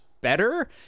better